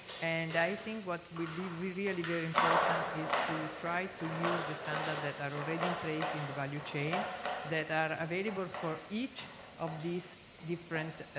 and i think what would be really very important is to try to use the standard that are already in place in the value chain that are available for each of these different